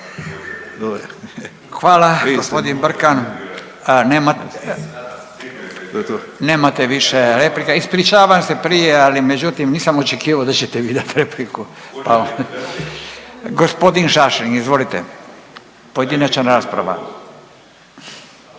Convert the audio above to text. Hvala. G. Brkan, nema… Nemate više replika, ispričavam se prije, ali međutim, nisam očekivao da ćete vi dati repliku. Pa, g. Šašlin. Izvolite, pojedinačna rasprava.